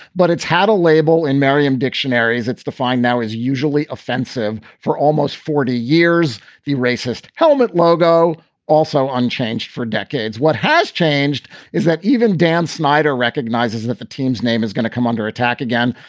but it's had a label in mariem dictionaries. it's defined now is usually offensive. for almost forty years, the racist helmet logo also unchanged for decades. what has changed is that even dan snyder recognizes that the team's name is going to come under attack again.